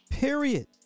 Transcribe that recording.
period